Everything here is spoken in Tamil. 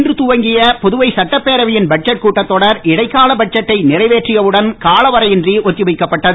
இன்று துவங்கிய புதுவை சட்டப்பேரவையின் பட்ஜெட் கூட்டத்தொடர் இடைக்கால பட்ஜெட்டை நிறைவேற்றியவுடன் காலவரையறையின்றி ஒத்திவைக்கப்பட்டது